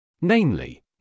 Namely